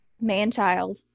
man-child